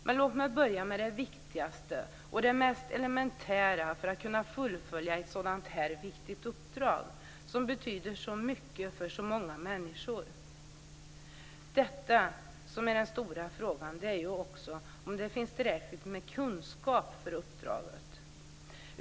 Men låt mig börja med det viktigaste och det mest elementära för att kunna fullfölja ett sådant här viktigt uppdrag, som betyder så mycket för så många människor. Detta, som är den stora frågan, gäller också huruvida det finns tillräckligt med kunskap för uppdraget.